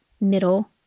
middle